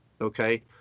okay